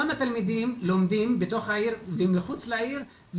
כמה תלמידים לומדים בתוך העיר ומחוץ לעיר,